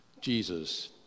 Jesus